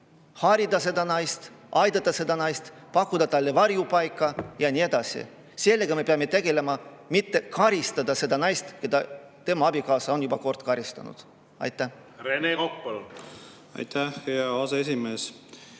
harida seda naist, aidata seda naist, pakkuda talle varjupaika ja nii edasi. Sellega me peame tegelema, mitte karistama naist, keda tema abikaasa on juba kord karistanud. Rene Kokk, palun! Rene Kokk,